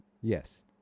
Yes